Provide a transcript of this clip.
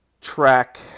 track